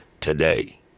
today